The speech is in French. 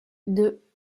deux